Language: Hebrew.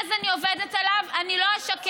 מאז אני עובדת עליו, אני לא אשקר,